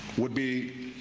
would be